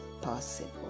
possible